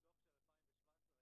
בשנים האחרונות,